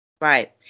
Right